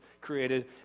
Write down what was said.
created